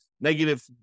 negative